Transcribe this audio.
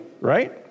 right